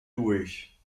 durch